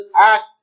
act